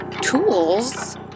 tools